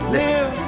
live